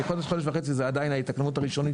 כי חודש-חודש וחצי זה עדיין ההתאקלמות הראשונית